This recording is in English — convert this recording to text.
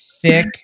thick